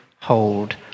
hold